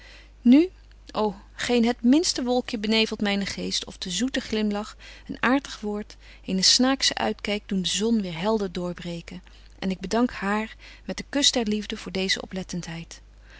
nu ô geen het minste wolkje benevelt mynen geest of de zoete glimlach een aartig woord eene snaaksche uitkyk doen de zon weer helder door breken en ik bedank haar met den kusch der liefde voor deeze